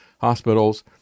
hospitals